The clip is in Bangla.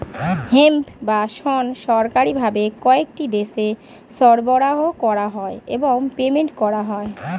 হেম্প বা শণ সরকারি ভাবে কয়েকটি দেশে সরবরাহ করা হয় এবং পেটেন্ট করা হয়